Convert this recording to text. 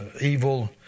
evil